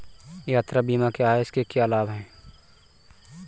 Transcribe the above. यात्रा बीमा क्या है इसके क्या लाभ हैं?